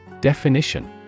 Definition